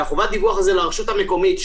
חובת הדיווח היא לרשות המקומית.